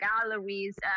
galleries